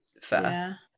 Fair